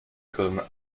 comme